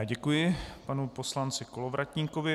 Děkuji panu poslanci Kolovratníkovi.